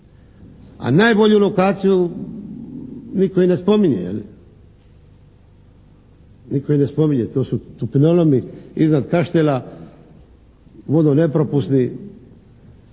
a najbolju lokaciju nitko i ne spominje je li? Nitko i ne spominje. To su Tupinolomi iznad Kaštela, vodno nepropusni,